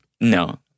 no